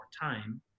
time